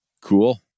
Cool